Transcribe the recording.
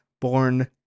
born